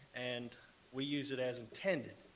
and we use it as intended.